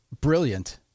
brilliant